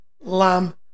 Lamb